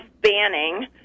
banning